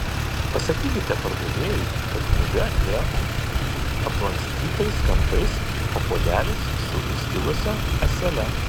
pasakykite pardavėjui kad knyga yra aplankstytais kampais o puodelis su įskilusia ąsele